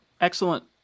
Excellent